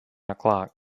o’clock